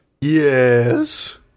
Yes